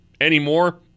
Anymore